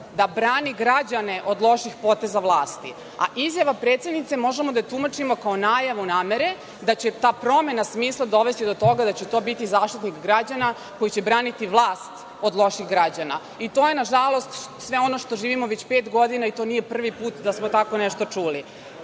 da brani građane od loših poteza vlasti. A izjava predsednice možemo da tumačimo kao najavu namere da će ta promena smisla dovesti do toga da će to biti Zaštitnik građana koji će braniti vlast od loših građana. To je nažalost sve ono što živimo već pet godina i to nije prvi put da smo tako nešto